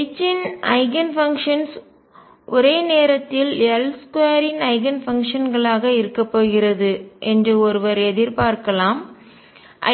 H இன் eigenfunctions ஒரே நேரத்தில் L2 இன் ஐகன்ஃபங்க்ஷன்களாக இருக்கப் போகிறது என்று ஒருவர் எதிர்பார்க்கலாம்